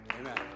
Amen